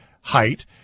height